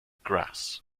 grass